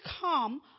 come